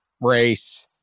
race